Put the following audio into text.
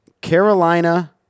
Carolina